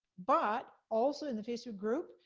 but also in the facebook group,